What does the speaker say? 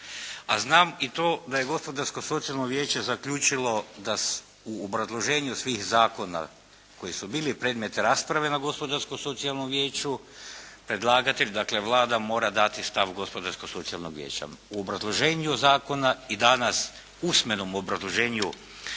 A, znam i to da je Gospodarsko-socijalno vijeće zaključilo u obrazloženju svih zakona koji su bili predmet rasprave na Gospodarsko-socijalnom vijeću, predlagatelj, dakle Vlada mora dati stav Gospodarsko-socijalnog vijeća u obrazloženju zakona. I danas u usmenom obrazloženju gospođe